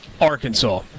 Arkansas